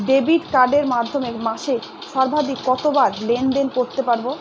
Debit কার্ডের মাধ্যমে মাসে সর্বাধিক কতবার লেনদেন করতে পারবো?